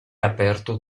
aperto